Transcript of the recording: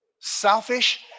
Selfish